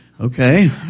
Okay